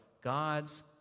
God's